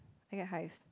I get hives